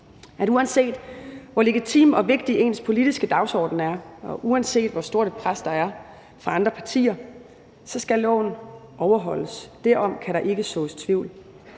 at uanset hvor legitim og vigtig ens politiske dagsorden er, og uanset hvor stort et pres der er fra andre partier, så skal loven overholdes. Derom kan der ikke sås tvivl.